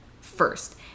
first